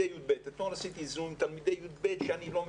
אתמול עשיתי זום עם תלמידי י"ב שאני לא מכיר,